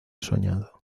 soñado